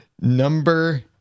number